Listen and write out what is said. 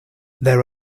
there